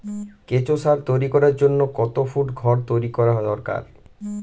কেঁচো সার তৈরি করার জন্য কত ফুট ঘর তৈরি করা দরকার?